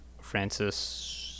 Francis